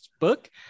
Book